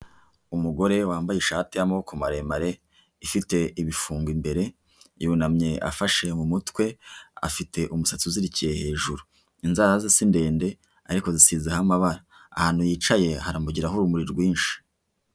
Umugore wambaye ishati y'amaboko maremare ifite ibifunga imbere, yunamye afashe mu mutwe afite umusatsi uzirikiye hejuru, inzara ze si ndende ariko zisizeho amabara, ahantu yicaye haramugeraho urumuri rwinshi.